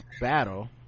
battle